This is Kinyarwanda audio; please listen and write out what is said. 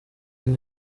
inda